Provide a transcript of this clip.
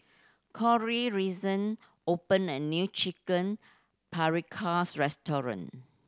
Cori recent opened a new Chicken Paprikas Restaurant